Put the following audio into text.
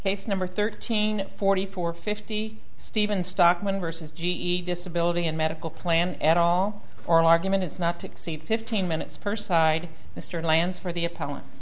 case number thirteen forty four fifty stephen stockman versus g e disability and medical plan and all oral argument is not to exceed fifteen minutes per side mr lyons for the